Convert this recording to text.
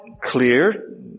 clear